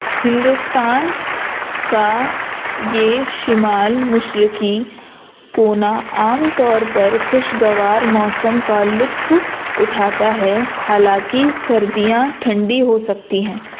ہندوستان کا یہ شمال مشرقی کونا عام طور پر خوشگوار موسم کا لطف اٹھاتا ہے حالانکہ سردیاں ٹھنڈی ہو سکتی ہیں